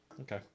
okay